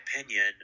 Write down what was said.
opinion